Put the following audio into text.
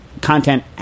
content